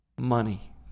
Money